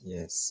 Yes